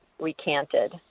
recanted